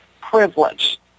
privilege